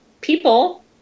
people